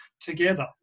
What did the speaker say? together